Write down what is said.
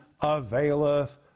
availeth